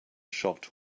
shot